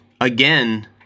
again